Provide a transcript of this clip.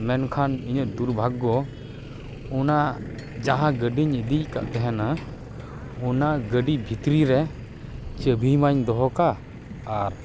ᱢᱮᱱᱠᱷᱟᱱ ᱤᱧᱟᱹᱜ ᱫᱩᱨ ᱵᱷᱟᱜᱚ ᱚᱱᱟ ᱡᱟᱦᱟᱸ ᱜᱟᱹᱰᱤᱧ ᱤᱫᱤ ᱟᱠᱟᱫ ᱛᱟᱦᱮᱸᱱᱟ ᱚᱱᱟ ᱜᱟᱹᱰᱤ ᱵᱷᱤᱛᱨᱤ ᱨᱮ ᱪᱟᱹᱵᱷᱤ ᱢᱟᱹᱧ ᱫᱚᱦᱚ ᱠᱟᱫ ᱟᱨ